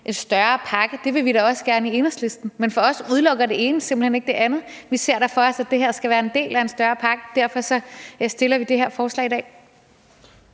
en større pakke. Det vil vi da også gerne i Enhedslisten, men det ene udelukker da for os ikke det andet, for vi ser da for os, at det her skal være en del af en større pakke, og derfor fremsætter vi det her forslag i dag.